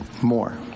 More